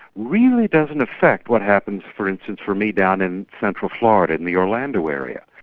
really doesn't affect what happens for instance for me down in central florida in the orlando area.